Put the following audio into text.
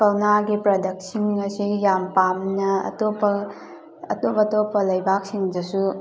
ꯀꯧꯅꯥꯒꯤ ꯄ꯭ꯔꯗꯛꯁꯤꯡ ꯑꯁꯤ ꯌꯥꯝ ꯄꯥꯝꯅ ꯑꯇꯣꯞꯄ ꯑꯇꯣꯞ ꯑꯇꯣꯞꯄ ꯂꯩꯕꯥꯛꯁꯤꯡꯗꯁꯨ